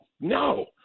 No